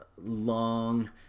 long